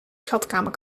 schatkamer